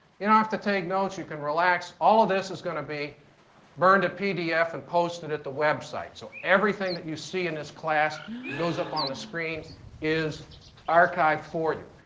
you don't have to take notes. you can relax. all this is going to be burned to pdf and posted at the website. so everything that you see in this class that goes up on the screen is archived for you.